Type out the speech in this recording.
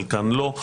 חלקן לא,